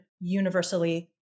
universally